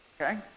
okay